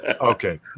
Okay